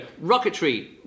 rocketry